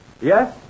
Yes